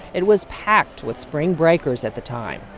it was packed with spring breakers at the time.